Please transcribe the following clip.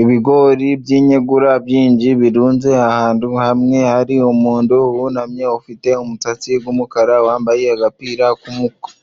Ibiigori by'inyegura byinji birunze ahandu hamwe hari umundu wunamye ufite umutsatsi g'umukara ,wambaye agapira